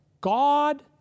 God